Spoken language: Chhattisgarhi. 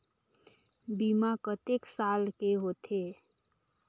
बीमा कतेक साल के होथे?